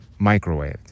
microwaved